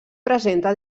presenta